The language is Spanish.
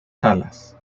salas